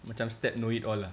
macam step know it all ah